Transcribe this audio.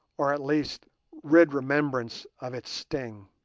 or at least rid remembrance of its sting.